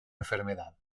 enfermedad